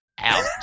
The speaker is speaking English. out